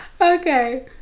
okay